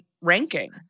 ranking